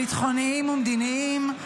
ביטחוניים ומדיניים,